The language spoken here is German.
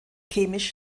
chemisch